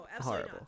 horrible